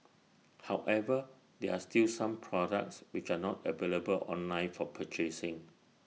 however there are still some products which are not available online for purchasing